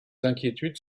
inquiétudes